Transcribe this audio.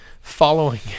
following